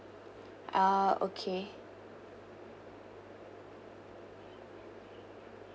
ah okay